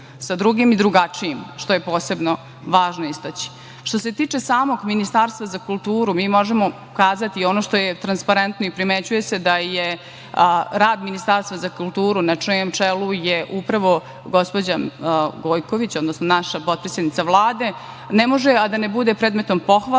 sa drugim i drugačijim, što je posebno važno istaći. Što se tiče samog Ministarstva za kulturu, mi možemo reći i ono što je transparentno i primećuje se da je rad Ministarstva za kulturu, na čijem čelu je upravo gospođa Gojković, odnosno naša potpredsednica Vlade, ne može a da ne bude predmet pohvale,